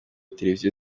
televiziyo